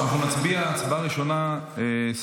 מודיע שהנושא יעבור מוועדת העבודה והרווחה לוועדת הבריאות.